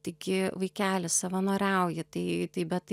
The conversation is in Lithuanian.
taigi vaikelis savanoriauji tai tai bet tai